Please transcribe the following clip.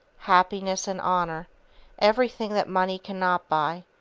happiness and honor everything that money cannot buy,